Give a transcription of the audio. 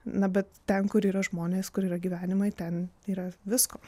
na bet ten kur yra žmonės kur yra gyvenimai ten yra visko